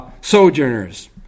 sojourners